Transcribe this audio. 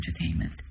entertainment